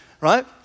right